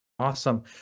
Awesome